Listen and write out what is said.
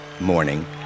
morning